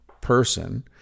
person